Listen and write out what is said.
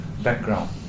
background